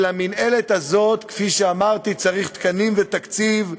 ולמינהלת הזאת, כפי שאמרתי, צריך תקנים ותקציב.